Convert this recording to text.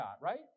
right